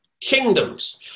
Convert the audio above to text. kingdoms